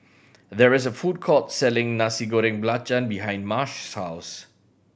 there is a food court selling Nasi Goreng Belacan behind Marsh's house